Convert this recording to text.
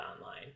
online